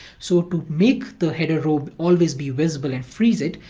so to make the header row always be visible and freeze it,